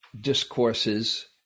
discourses